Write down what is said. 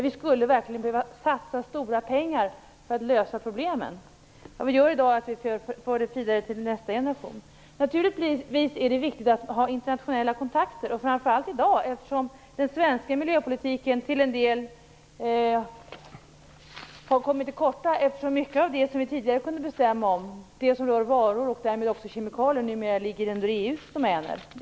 Vi skulle verkligen behöva satsa stora pengar på att lösa problemen. I dag för vi dem vidare till nästa generation. Naturligtvis är det viktigt med internationella kontakter, framför allt i dag, eftersom den svenska miljöpolitiken till en del har kommit till korta. En stor del av det som vi tidigare kunde bestämma över - det som rör varor och därmed också kemikalier - ligger nu under EU:s domän.